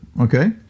okay